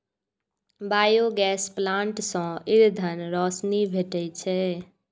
biogas plant सं ईंधन, रोशनी भेटै छै